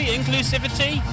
inclusivity